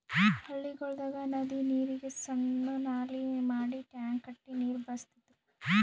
ಹಳ್ಳಿಗೊಳ್ದಾಗ್ ನದಿ ನೀರಿಗ್ ಸಣ್ಣು ನಾಲಿ ಮಾಡಿ ಟ್ಯಾಂಕ್ ಕಟ್ಟಿ ನೀರ್ ಬಳಸ್ತಿದ್ರು